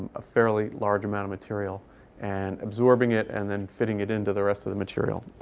a fairly large amount of material and absorbing it and then fitting it into the rest of the material.